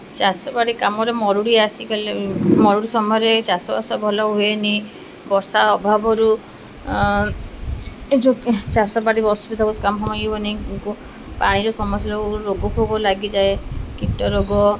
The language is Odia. ଚାଷ ବାଡ଼ି କାମରେ ମରୁଡ଼ି ଆସିିଗଲେ ମରୁଡ଼ି ସମୟରେ ଚାଷବାସ ଭଲ ହୁଏନି ବର୍ଷା ଅଭାବରୁ ଚାଷ ବାଡ଼ି ଅସୁବିଧା ବହୁତ କାମ ଇଏ ହୁଏନି ପାଣିର ସମସ୍ୟା ରୋଗ ଫୋଗ ଲାଗିଯାଏ କୀଟ ରୋଗ